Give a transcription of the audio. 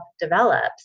develops